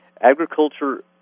Agriculture